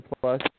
Plus